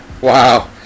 Wow